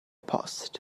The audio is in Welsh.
post